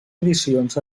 edicions